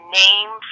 name